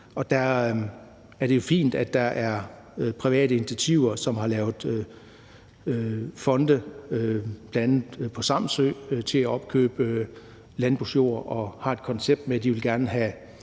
og der er det jo fint, at der er private initiativer, som har lavet fonde, bl.a. på Samsø, til at opkøbe landbrugsjord. Der har de et koncept med, at de gerne vil